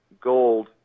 gold